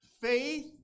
Faith